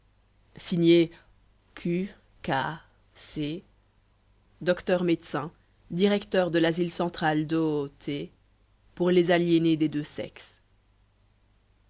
signé q k c docteur médecin directeur de l'asile centrale d'o t pour les aliénés des deux sexes